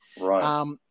Right